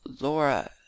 laura